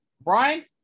Brian